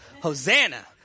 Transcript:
Hosanna